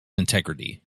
integrity